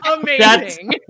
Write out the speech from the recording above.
amazing